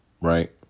Right